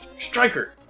Striker